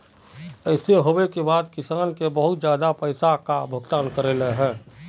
ऐसे होबे के बाद किसान के बहुत ज्यादा पैसा का भुगतान करले है?